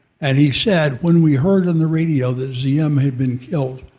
and he said, when we heard on the radio that diem had been killed,